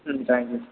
ம் தேங்க்யூ